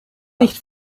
nicht